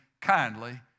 kindly